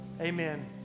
Amen